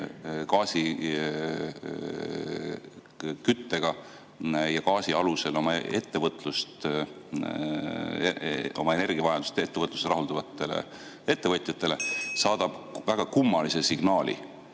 gaasiga, gaasiküttega oma energiavajadust ettevõtluses rahuldavatele ettevõtjatele, saadab väga kummalise signaali